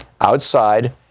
outside